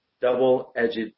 double-edged